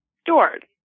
stored